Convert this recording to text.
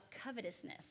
covetousness